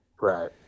Right